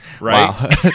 right